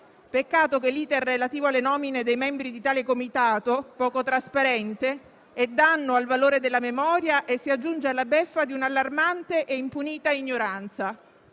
trasparente *iter* relativo alle nomine dei membri di tale comitato costituisca un danno al valore della memoria e si aggiunga alla beffa di un'allarmante e impunita ignoranza.